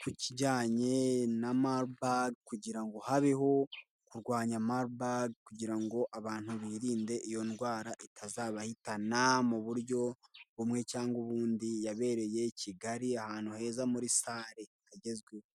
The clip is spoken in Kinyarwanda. ku kijyanye na marubaga kugira ngo habeho kurwanya marubaga kugira ngo abantu birinde iyo ndwara itazabahitana, mu buryo bumwe cyangwa ubundi, yabereye Kigali ahantu heza muri sare hagezweho.